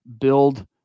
build